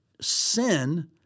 sin